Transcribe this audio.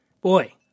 boy